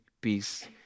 peace